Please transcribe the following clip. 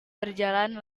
berjalan